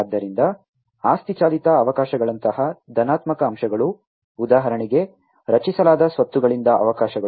ಆದ್ದರಿಂದ ಆಸ್ತಿ ಚಾಲಿತ ಅವಕಾಶಗಳಂತಹ ಧನಾತ್ಮಕ ಅಂಶಗಳು ಉದಾಹರಣೆಗೆ ರಚಿಸಲಾದ ಸ್ವತ್ತುಗಳಿಂದ ಅವಕಾಶಗಳು